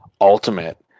Ultimate